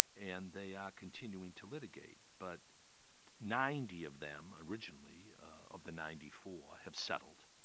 and they are continuing to litigate, but ninety of them originally of the ninety four, have settled.